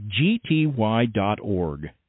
gty.org